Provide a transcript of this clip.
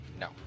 No